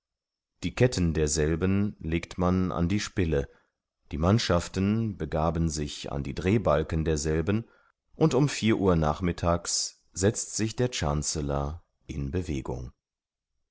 die ketten derselben legt man an die spille die mannschaften begaben sich an die drehbalken derselben und um vier uhr nachmittags setzt sich der chancellor in bewegung